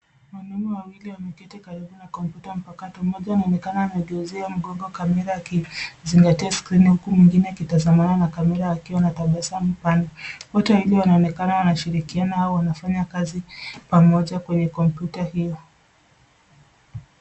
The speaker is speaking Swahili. Wanaume wawili wameketi karibu na kompyuta mpakato, mmoja anaonekana amegeuziwa mgongo kamera akizingatia skrini huku mwingine akitazamana na kamera akiwa na tabasamu pana. Wote wawili wanaonekana wakishiriana au wanafanya kazi pamoja kwenye kompyuta hio.